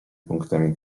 punktami